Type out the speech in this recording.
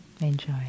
Enjoy